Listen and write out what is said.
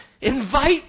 Invite